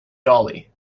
dolly